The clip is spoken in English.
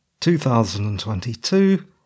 2022